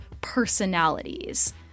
personalities